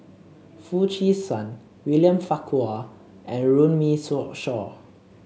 Foo Chee San William Farquhar and Runme Shaw